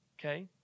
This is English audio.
okay